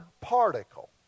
particle